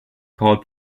called